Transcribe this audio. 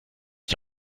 ich